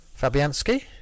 Fabianski